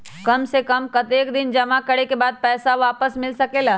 काम से कम कतेक दिन जमा करें के बाद पैसा वापस मिल सकेला?